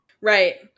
Right